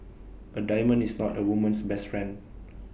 A diamond is not A woman's best friend